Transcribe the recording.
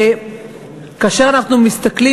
וכאשר אנחנו מסתכלים,